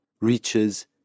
reaches